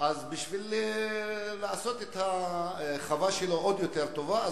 בשביל לעשות את החווה שלו עוד יותר טובה,